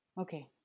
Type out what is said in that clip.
Okay